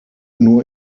nur